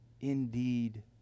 indeed